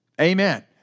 amen